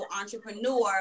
entrepreneur